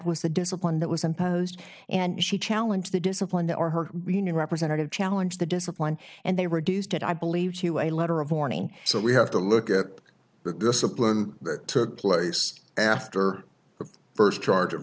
was the discipline that was imposed and she challenge the discipline or her union representative challenge the discipline and they reduced it i believe to a letter of warning so we have to look at the discipline that took place after the first charge of